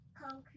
Concrete